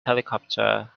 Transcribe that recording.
helicopter